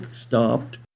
stopped